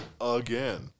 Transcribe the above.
again